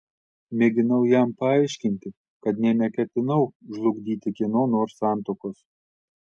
mėginau jam paaiškinti kad nė neketinau žlugdyti kieno nors santuokos